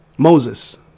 Moses